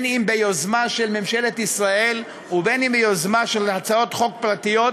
אם ביוזמה של ממשלת ישראל ואם ביוזמה של הצעות חוק פרטיות,